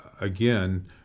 again